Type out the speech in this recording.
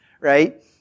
right